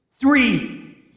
Three